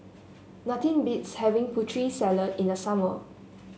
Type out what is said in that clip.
nothing beats having Putri Salad in the summer